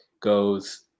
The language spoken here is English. goes